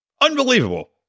unbelievable